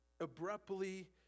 abruptly